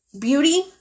beauty